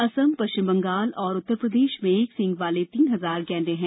असम पश्चिम बंगाल और उत्तर प्रदेश में एक सींग वाले तीन हजार गैंडे हैं